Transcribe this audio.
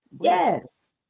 Yes